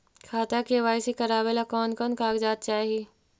खाता के के.वाई.सी करावेला कौन कौन कागजात चाही?